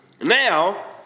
Now